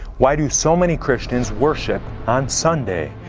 why do so many christians worship on sunday?